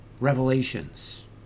Revelations